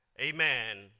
amen